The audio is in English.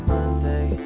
Monday